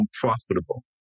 profitable